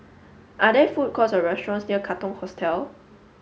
are there food courts or restaurants near Katong Hostel